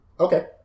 Okay